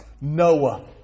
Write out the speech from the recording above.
Noah